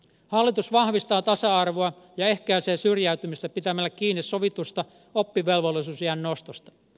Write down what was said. hallitus vahvistaa tasa arvoa ja ehkäisee syrjäytymistä pitämällä kiinni sovitusta oppivelvollisuusiän nostosta